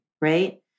right